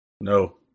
No